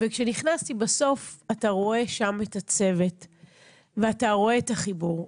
כשנכנסתי בסוף אתה רואה שם את הצוות ואתה רואה את החיבור,